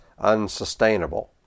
unsustainable